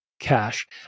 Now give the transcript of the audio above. cash